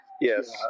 Yes